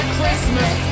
Christmas